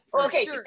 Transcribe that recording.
okay